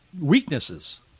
weaknesses